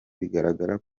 bigaragara